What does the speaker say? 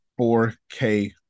4K